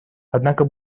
однако